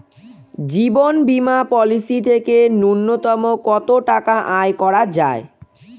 জীবন বীমা পলিসি থেকে ন্যূনতম কত টাকা আয় করা যায়?